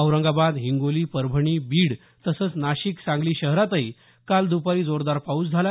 औरंगाबाद हिंगोली परभणी बीड तसंच नाशिक सांगली शहरातही काल द्रपारी जोरदार पाऊस झाला